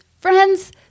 Friends